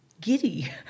giddy